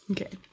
Okay